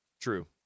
True